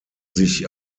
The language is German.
sich